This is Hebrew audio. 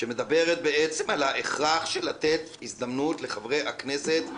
שמדברת בעצם על הכרח של לתת הזדמנות לחברי הכנסת.